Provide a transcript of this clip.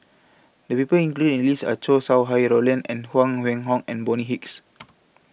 The People included in The list Are Chow Sau Hai Roland and Huang Wenhong and Bonny Hicks